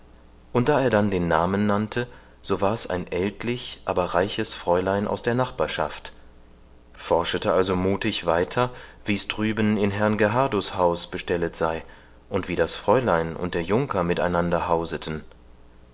und da er dann den namen nannte so war's ein ältlich aber reiches fräulein aus der nachbarschaft forschete also muthig weiter wie's drüben in herrn gerhardus haus bestellet sei und wie das fräulein und der junker mit einander hauseten